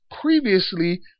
previously